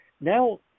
Now